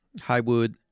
Highwood